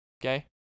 Okay